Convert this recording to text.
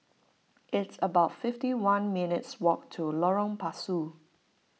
it's about fifty one minutes walk to Lorong Pasu